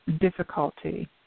Difficulty